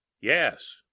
yes